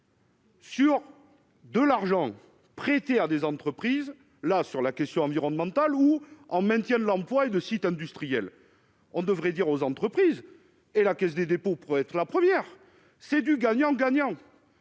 Sur de l'argent prêté à des entreprises, la sur la question environnementale ou en maintien de l'emploi et de sites industriels, on devrait dire aux entreprises et la Caisse des dépôts pourrait être la première c'est du gagnant-gagnant